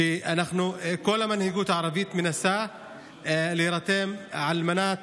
וכל המנהיגות הערבית מנסה להירתם על מנת